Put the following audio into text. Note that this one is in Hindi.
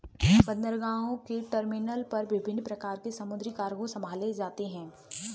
बंदरगाहों के टर्मिनल पर विभिन्न प्रकार के समुद्री कार्गो संभाले जाते हैं